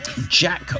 Jack